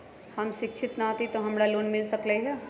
हम शिक्षित न हाति तयो हमरा लोन मिल सकलई ह?